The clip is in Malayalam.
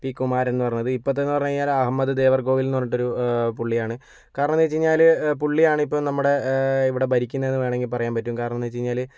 പി കുമാരൻ എന്നു പറഞ്ഞത് ഇപ്പോഴത്തെയെന്ന് പറഞ്ഞു കഴിഞ്ഞാൽ അഹമ്മദ് ദേവർകോവിൽ എന്നു പറഞ്ഞിട്ട് ഒരു പുള്ളിയാണ് കാരണമെന്നു വച്ചു കഴിഞ്ഞാൽ പുള്ളിയാണ് ഇപ്പോൾ നമ്മുടെ ഇവിടെ ഭരിക്കുന്നതെന്ന് വേണമെങ്കിൽ പറയാൻ പറ്റും കാരണമെന്നു വച്ചു കഴിഞ്ഞാൽ